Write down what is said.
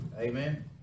Amen